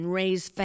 raise